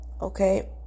okay